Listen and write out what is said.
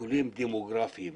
שיקולים דמוגרפיים.